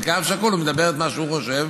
וכאב שכול הוא מדבר מה שהוא חושב?